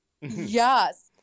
Yes